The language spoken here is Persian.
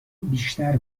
بیشتر